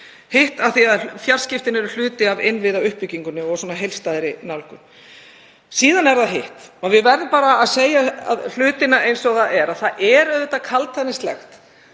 skref af því að fjarskiptin eru hluti af innviðauppbyggingunni og heildstæðri nálgun. Síðan er hitt, og við verðum bara að segja hlutina eins og þeir eru: Það er auðvitað kaldhæðnislegt